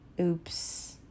Oops